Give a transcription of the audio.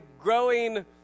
growing